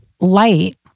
light